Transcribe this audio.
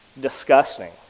Disgusting